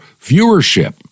viewership